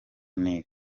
nil